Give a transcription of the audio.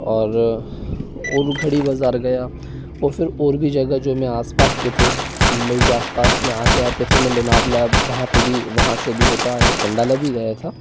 और वो घड़ी बाज़ार गया और फिर और भी जगह में जो आस पास के थे मुंबई के आस पास में आते आते फिर मैं लोनावला वहाँ पे भी वहाँ से भी होता आया खंडाला भी गया था